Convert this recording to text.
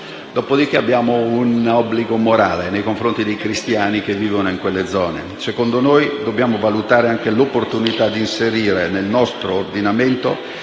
Abbiamo poi un obbligo morale nei confronti dei cristiani che vivono in quelle zone. Occorre - a nostro avviso - valutare anche l'opportunità di inserire nel nostro ordinamento